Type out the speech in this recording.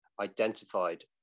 identified